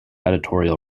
editorial